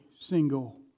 single